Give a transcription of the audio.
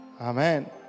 amen